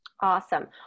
Awesome